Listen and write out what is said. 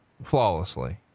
Flawlessly